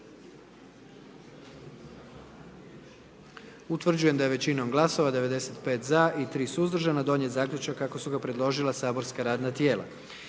Utvrđujem da je većinom glasova, 78 za, 13 suzdržanih i 10 protiv donijet zaključak kako su predložila saborska radna tijela.